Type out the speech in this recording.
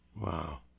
Wow